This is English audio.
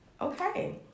Okay